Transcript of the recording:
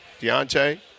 Deontay